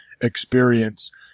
experience